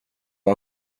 vad